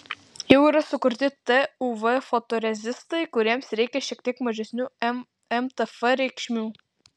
jau yra sukurti tuv fotorezistai kuriems reikia šiek tiek mažesnių mtf reikšmių